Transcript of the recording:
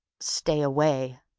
stay away.